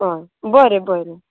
हय बरें बरें